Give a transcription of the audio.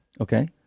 Okay